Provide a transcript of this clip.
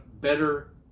better